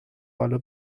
حالا